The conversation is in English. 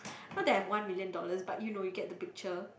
not that I have one million dollars but you know you get the picture